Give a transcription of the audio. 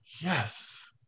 Yes